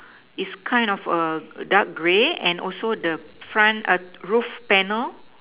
is kind of a dark grey and also the front err roof panel